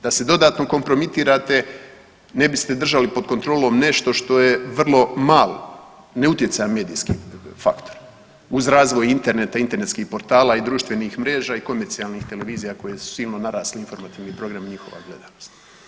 Da se dodatno kompromitirate, ne biste držali pod kontrolom nešto što je vrlo malo, neutjecajan medijski faktor u razvoj interneta, internetskih portala i društvenih mreža i komercijalnih televizija koje su svima narasli informativni programi i njihova gledanost.